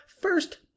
first